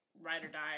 ride-or-die